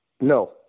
No